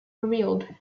revealed